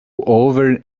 over